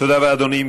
תודה רבה, אדוני.